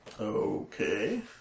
Okay